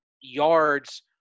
yards